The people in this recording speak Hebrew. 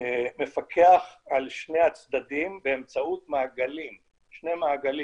מפקח על שני הצדדים באמצעות שני מעגלים,